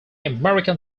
american